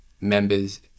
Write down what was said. members